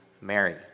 Mary